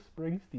Springsteen